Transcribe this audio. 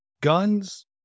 guns